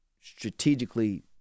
strategically